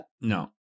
No